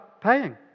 paying